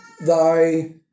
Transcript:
thy